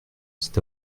cet